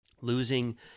losing